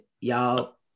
y'all